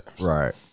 Right